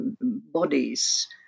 bodies